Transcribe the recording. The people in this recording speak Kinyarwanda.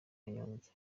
kanyombya